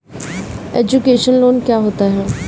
Education loan क्या होता है?